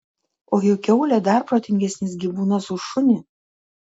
o juk kiaulė dar protingesnis gyvūnas už šunį